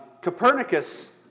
Copernicus